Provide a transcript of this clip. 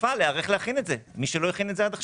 ותקופה להיערך להכין את זה למי שלא הכין את זה עד עכשיו.